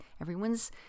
Everyone's